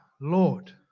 Lord